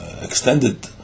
extended